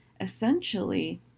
essentially